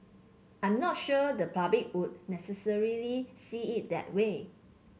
I'm not sure the public would necessarily see it that way